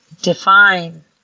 define